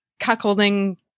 cuckolding